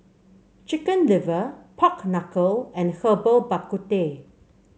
Chicken Liver Pork Knuckle and Herbal Bak Ku Teh